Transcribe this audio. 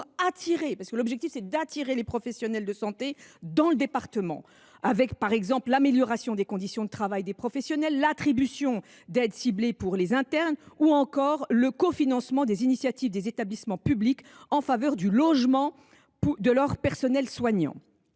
en place pour attirer les professionnels de santé dans le département. Je pense à l’amélioration de leurs conditions de travail, à l’attribution d’aides ciblées pour les internes ou encore au cofinancement des initiatives des établissements publics en faveur du logement de leur personnel soignant.